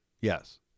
Yes